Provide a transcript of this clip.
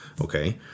Okay